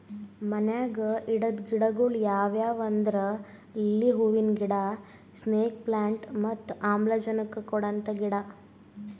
ಮನ್ಯಾಗ್ ಇಡದ್ ಗಿಡಗೊಳ್ ಯಾವ್ಯಾವ್ ಅಂದ್ರ ಲಿಲ್ಲಿ ಹೂವಿನ ಗಿಡ, ಸ್ನೇಕ್ ಪ್ಲಾಂಟ್ ಮತ್ತ್ ಆಮ್ಲಜನಕ್ ಕೊಡಂತ ಗಿಡ